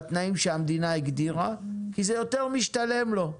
בתנאים שהמדינה הגדירה, כי זה יותר משתלם לו.